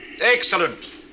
Excellent